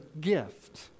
gift